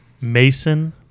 Mason